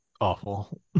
awful